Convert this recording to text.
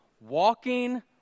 Walking